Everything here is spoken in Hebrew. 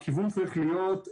הכיוון שבאמת צריך להיות הוא